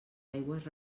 aigües